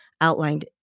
outlined